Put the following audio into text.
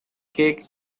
cake